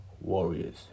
Warriors